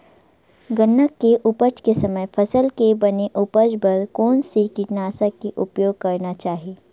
गन्ना के उपज के समय फसल के बने उपज बर कोन से कीटनाशक के उपयोग करना चाहि?